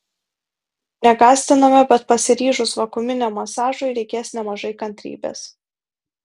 negąsdiname bet pasiryžus vakuuminiam masažui reikės nemažai kantrybės